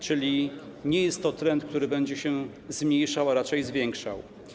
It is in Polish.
Czyli nie jest to trend, który będzie się zmniejszał, a raczej zwiększał.